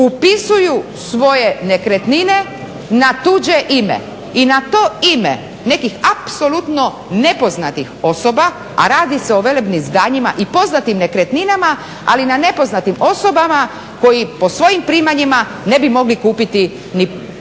upisuju svoje nekretnine na tuđe ime i na to ime nekih apsolutno nepoznatih osoba, a radi se o velebnim zdanjima i poznatim nekretninama, ali na nepoznatim osobama koji po svojim primanjima ne bi mogli kupiti ni pseću